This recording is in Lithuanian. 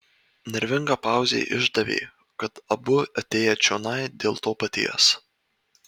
nervinga pauzė išdavė kad abu atėję čionai dėl to paties